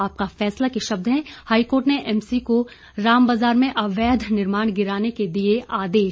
आपका फैसला के शब्द हैं हाईकोर्ट ने एमसी को राम बाजार में अवैध निर्माण गिराने के दिए आदेश